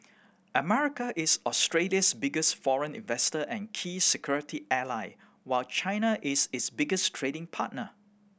America is Australia's biggest foreign investor and key security ally while China is its biggest trading partner